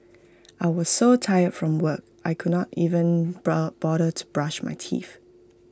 I was so tired from work I could not even bother to brush my teeth